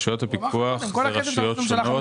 הן רשויות שונות,